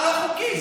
אבל זה חוקי לגמרי.